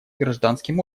гражданским